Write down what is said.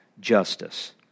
justice